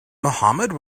mohammad